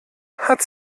hat